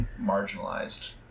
marginalized